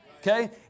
Okay